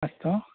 अस्तु